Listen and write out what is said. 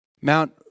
Mount